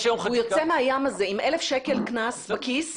והוא יוצא מהים הזה עם 1,000 שקל קנס בכיס,